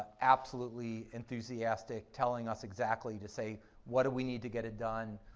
absolutely enthusiastic, telling us exactly to say what do we need to get it done,